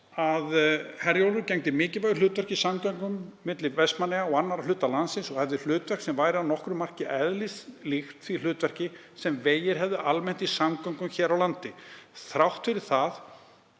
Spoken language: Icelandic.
að Herjólfur gegndi mikilvægu hlutverki í samgöngum milli Vestmannaeyja og annarra hluta landsins og hefði hlutverk sem væri að nokkru marki eðlislíkt því hlutverki sem vegir hefðu almennt í samgöngum hér á landi. Þrátt fyrir það